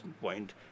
point